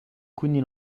quindi